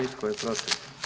I tko je protiv?